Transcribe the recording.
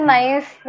nice